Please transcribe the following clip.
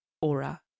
Aura